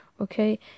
okay